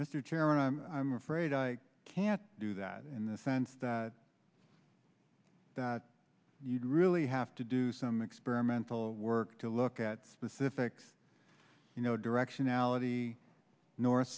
mr chairman i'm i'm afraid i can't do that in the sense that that you'd really have to do some experimental work to look at specifics you know directionality north